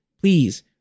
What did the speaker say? please